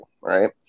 Right